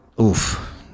oof